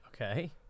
Okay